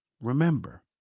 Remember